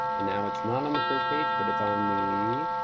and now it's not on the first page, but it's on the,